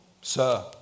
Sir